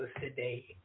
today